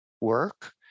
work